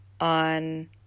on